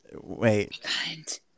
Wait